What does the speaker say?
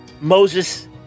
Moses